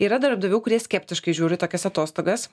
yra darbdavių kurie skeptiškai žiūri į tokias atostogas